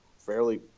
fairly